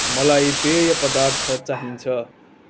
मलाई पेयपदार्थ चाहिन्छ